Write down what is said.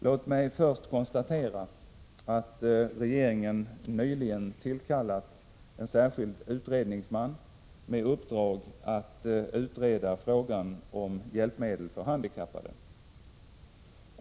Låt mig först konstatera att regeringen nyligen tillkallat en särskild utredningsman med uppdrag att utreda frågan om hjälpmedel för handikappade.